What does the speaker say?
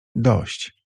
dość